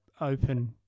open